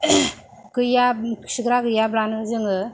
गैया खिग्रा गैयाब्लानो जोङो